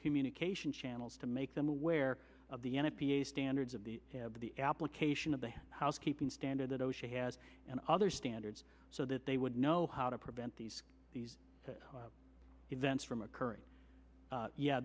communication channels to make them aware of the an a p a standards of the of the application of the housekeeping standard that osha has and other standards so that they would know how to prevent these these events from occurring